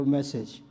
message